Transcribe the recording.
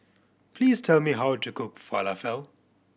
please tell me how to cook Falafel